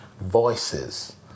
Voices